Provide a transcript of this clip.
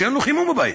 שאין לו חימום בבית.